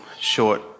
short